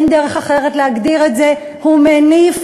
אין דרך אחרת להגדיר את זה: הוא מניף